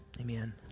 amen